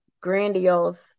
grandiose